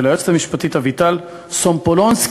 וליועצת המשפטית אביטל סומפולינסקי,